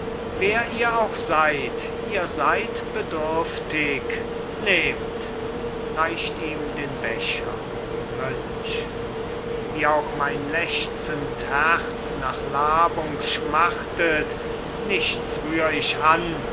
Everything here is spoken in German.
wer ihr auch seid ihr seid bedürftig nehmt reicht ihm den becher mönch wie auch mein lechzend herz nach labung schmachtet nichts rühr ich an